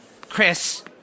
Chris